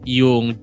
yung